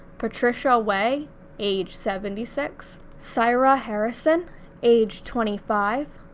patricia way age seventy six cyra harrison age twenty five,